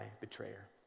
betrayer